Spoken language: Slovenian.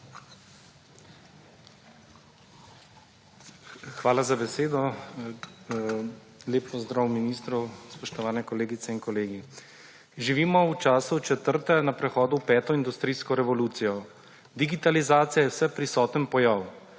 Hvala za besedo. Lep pozdrav ministru! Spoštovani kolegice in kolegi! Živimo v času četrte, na prehodu v peto industrijsko revolucijo. Digitalizacija je vseprisoten pojav,